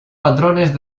patrones